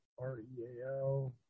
R-E-A-L